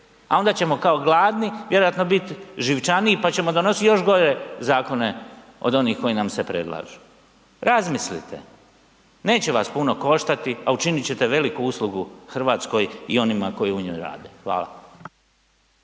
a onda ćemo kao gladni vjerojatno biti živčaniji pa ćemo donositi još gore zakone od onih koji nam se predlažu. Razmislite, neće vas puno koštati, a učit ćete veliku uslugu Hrvatskoj i onima koji u njoj rade. Hvala.